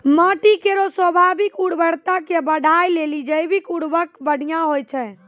माटी केरो स्वाभाविक उर्वरता के बढ़ाय लेलि जैविक उर्वरक बढ़िया होय छै